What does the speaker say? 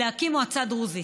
להקים מועצה דרוזית.